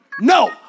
no